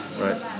right